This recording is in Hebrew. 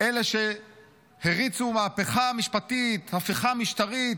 אלה שהריצו מהפכה משפטית, הפיכה משטרית,